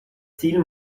ziel